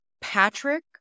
Patrick